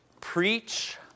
Preach